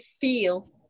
feel